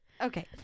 Okay